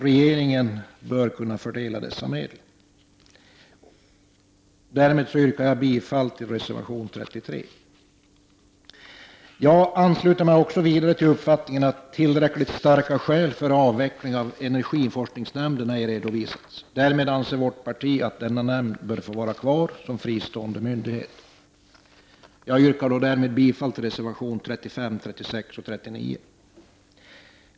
Regeringen bör kunna fördela dessa medel. Därmed yrkar jag bifall till reservation 33. Jag ansluter mig till uppfattningen att tillräckligt starka skäl för en avveckling av energiforskningsnämnden inte har redovisats. Därmed anser vi i vårt parti att denna nämnd bör få vara kvar som fristående myndighet. Jag yrkar därmed bifall till reservationerna 35, 36 och 39.